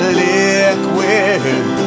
liquid